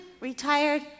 retired